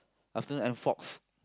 afternoon and fogs